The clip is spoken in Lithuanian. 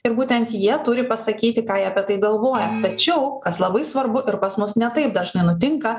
ir būtent jie turi pasakyti ką jie apie tai galvoja tačiau kas labai svarbu ir pas mus ne taip dažnai nutinka